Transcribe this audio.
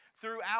throughout